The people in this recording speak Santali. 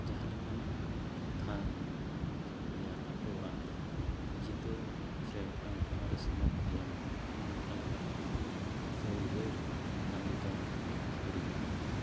ᱡᱟᱦᱟᱸ ᱞᱮᱠᱟᱱ ᱠᱟᱛᱷᱟ ᱠᱚ ᱛᱷᱩᱛᱤᱭᱟ ᱟᱛᱳ ᱚᱲᱟᱜ ᱨᱮ ᱡᱤᱛᱟᱹᱣ ᱥᱮ ᱢᱤᱫᱴᱟᱱ ᱴᱷᱟᱶ ᱨᱮ ᱥᱮᱱᱚᱜ ᱛᱟᱭᱚᱢ ᱚᱱᱠᱟ ᱞᱮᱠᱟ ᱛᱷᱩᱛᱤ ᱥᱮ ᱩᱭᱦᱟᱹᱨ ᱥᱮ ᱠᱟᱹᱢᱤ ᱫᱚ ᱟᱫᱚ ᱦᱤᱲᱤᱧᱚᱜᱼᱟ